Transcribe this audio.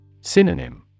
Synonym